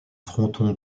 fronton